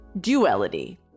duality